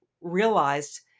realized